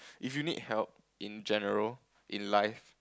if you need help in general in life